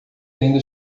ainda